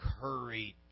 courage